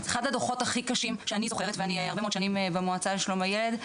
אחד הדוחות הכי קשים שאני זוכרת ואני הרבה מאוד שנים במועצה לשלום הילד,